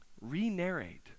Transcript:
Re-narrate